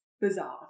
bizarre